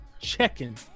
Checking